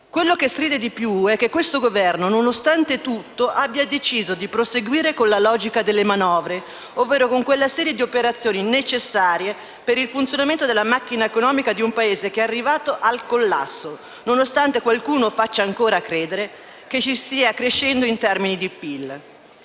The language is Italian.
Ciò che stride di più è che questo Governo nonostante tutto abbia deciso di proseguire con la logica delle manovre, ovvero con quella serie di operazioni necessarie per il funzionamento della macchina economica di un Paese che è arrivato al collasso, nonostante qualcuno faccia ancora credere che stia crescendo in termini di PIL.